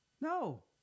No